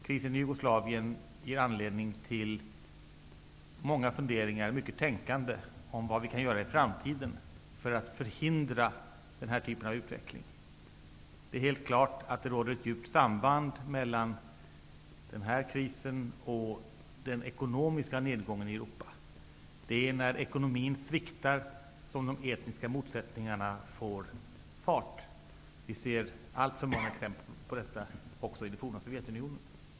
Krisen i Jugoslavien ger anledning till många funderingar och många tankar på vad vi kan göra i framtiden för att förhindra denna typ av utveckling. Det är helt klart att det råder ett djupt samband mellan denna kris och den ekonomiska nedgången i Europa. Det är när ekonomin sviktar som de etniska motsättningarna får fart. Vi ser alltför många exempel på detta även i det forna Sovjetunionen.